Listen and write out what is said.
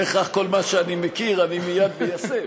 לא בהכרח כל מה שאני מכיר אני מייד מיישם,